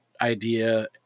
idea